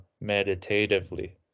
meditatively